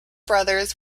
brothers